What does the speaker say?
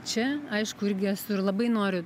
čia aišku irgi esu ir labai noriu